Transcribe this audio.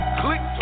click